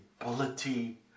ability